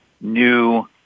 new